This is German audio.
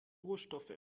rohstoffe